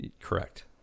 Correct